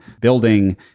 building